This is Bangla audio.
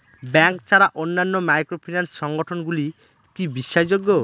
ব্যাংক ছাড়া অন্যান্য মাইক্রোফিন্যান্স সংগঠন গুলি কি বিশ্বাসযোগ্য?